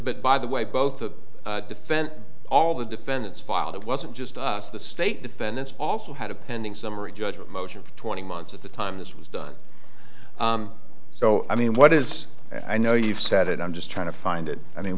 that by the way both the defense all the defendants filed it wasn't just us the state defendants also had a pending summary judgment motion of twenty months at the time this was done so i mean what is i know you've said it i'm just trying to find it i mean